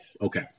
Okay